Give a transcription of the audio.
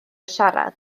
siarad